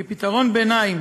כפתרון ביניים